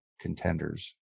contenders